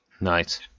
Nice